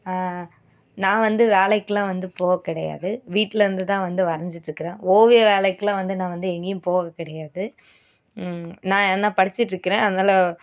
நான் வந்து வேலைக்கெலாம் வந்து போகக் கிடையாது வீட்லேருந்து தான் வந்து வரைஞ்சிட்டு இருக்கிறேன் ஓவிய வேலைக்கெலாம் நான் வந்து எங்கேயும் போகக் கிடையாது நான் என்ன படிச்சுட்டு இருக்கிறேன் அதனால